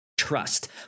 trust